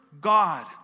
God